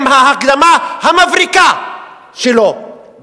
עם ההקדמה המבריקה שלו,